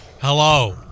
Hello